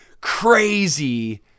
crazy